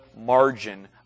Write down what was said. margin